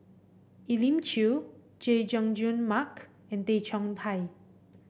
Elim Chew Chay Jung Jun Mark and Tay Chong Hai